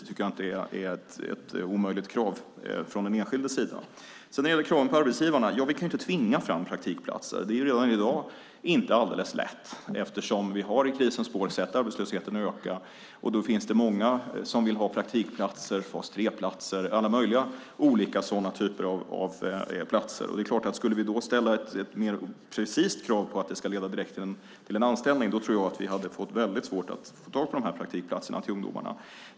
Det tycker jag inte är ett omöjligt krav från den enskildes sida. När det gäller kraven på arbetsgivarna kan vi inte tvinga fram praktikplatser. Det är redan i dag inte alldeles lätt eftersom vi i krisens spår har sett arbetslösheten öka. Då finns det många som vill ha praktikplatser, fas 3-platser och alla andra möjliga olika sådana typer av platser. Skulle vi då ställa ett mer precist krav på att det ska leda direkt till en anställning tror jag att vi skulle få väldigt svårt att få tag i dessa praktikplatser till ungdomarna.